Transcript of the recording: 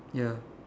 ya